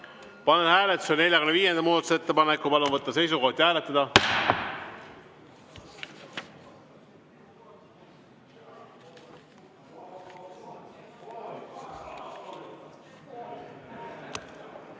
Panen hääletusele 45. muudatusettepaneku. Palun võtta seisukoht ja hääletada!